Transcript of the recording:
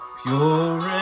pure